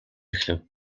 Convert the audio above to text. эхлэв